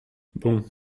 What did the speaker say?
bon